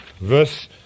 verse